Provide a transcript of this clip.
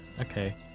Okay